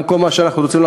גם כל מה שאנחנו רוצים,